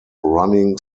running